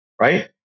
Right